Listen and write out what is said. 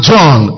John